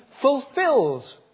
fulfills